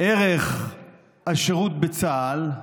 ערך השירות בצה"ל,